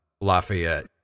Lafayette